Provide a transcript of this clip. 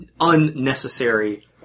unnecessary